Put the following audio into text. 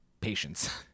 patience